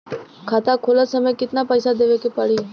खाता खोलत समय कितना पैसा देवे के पड़ी?